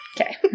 Okay